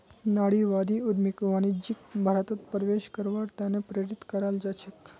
नारीवादी उद्यमियक वाणिज्यिक बाजारत प्रवेश करवार त न प्रेरित कराल जा छेक